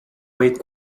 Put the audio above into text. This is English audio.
wait